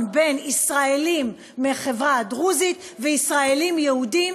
בין ישראלים מהחברה הדרוזית וישראלים יהודים,